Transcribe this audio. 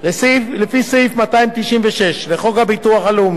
לפי סעיף 296 לחוק הביטוח הלאומי ,